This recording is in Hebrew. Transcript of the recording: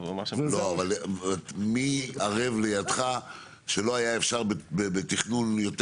אבל מי ערב לידך שלא היה אפשר בתכנון יותר